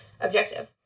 objective